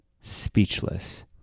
speechless